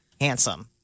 handsome